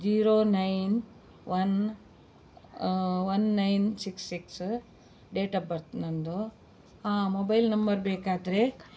zero nine one one nine six six date of birth ನನ್ನದು ಹಾಂ mobile number ಬೇಕಾದರೆ